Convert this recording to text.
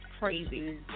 Crazy